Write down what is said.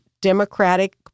democratic